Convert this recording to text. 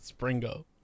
Springo